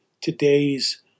today's